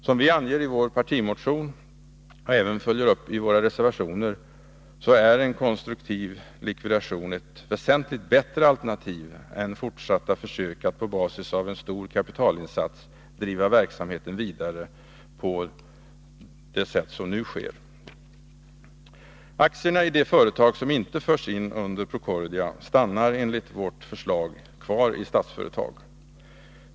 Som vi anger i vår partimotion och även i våra reservationer är en konstruktiv likvidation ett väsentligt bättre alternativ än fortsatta försök att på basis av en stor kapitalinsats driva verksamheten vidare på det sätt som nu sker. Aktierna i det företag som inte förs in under Procordia stannar enligt vårt förslag kvar i Statsföretag.